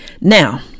Now